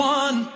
one